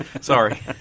sorry